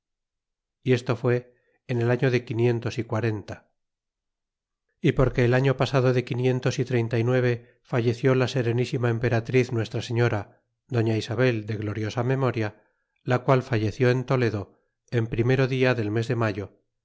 y esto fué en el año de quinientos y quarenta y porque el año pasado de quinientos y treinta y nueve falleció la serenisima emperatriz nuestra señora doña isabel de gloriosa memoria la qual falleció en toledo en primero dia del mes de mayo